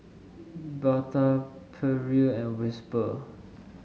Bata Perrier and Whisper